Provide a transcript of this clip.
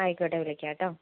ആയിക്കോട്ടെ വിളിക്കാട്ടോ